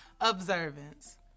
Observance